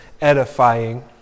edifying